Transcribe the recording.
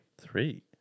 Three